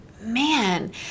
man